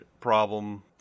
problem